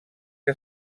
que